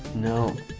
no